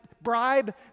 bribe